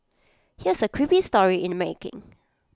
here's A creepy story in the making